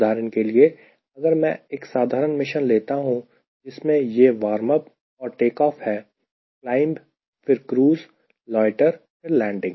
उदाहरण के लिए अगर मैं एक साधारण मिशन लेता हूं जिसमें यह वार्म अप और टेकऑफ है क्लाइंब फिर क्रूज़ लोयटर फिर लैंडिंग